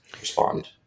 respond